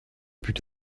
put